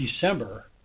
December